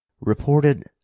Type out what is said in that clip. Reported